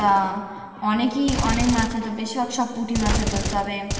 তা অনেকই অনেক মাছ হতো বেশিরভাগ সব পুঁটি মাছ হতো তবে